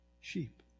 sheep